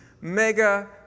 mega